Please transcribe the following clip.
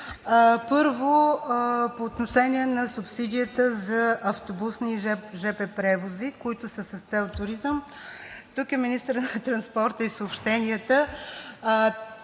Първо по отношение на субсидията за автобусни и жп превози, които са с цел туризъм. Тук е министърът на транспорта и съобщенията.